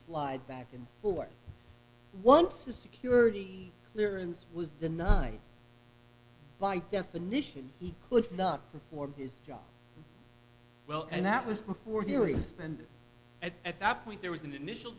slide back and forth once the security clearance was the night by definition he could not perform his job well and that was before hearing suspended at that point there was an initial